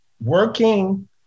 working